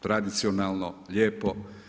Tradicionalno, lijepo.